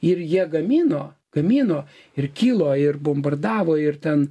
ir jie gamino gamino ir kilo ir bombardavo ir ten